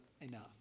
enough